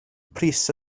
pris